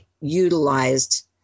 utilized